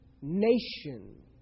nation